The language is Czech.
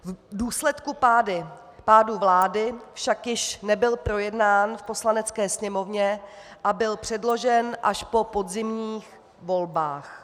V důsledku pádu vlády však již nebyl projednán v Poslanecké sněmovně a byl předložen až po podzimních volbách.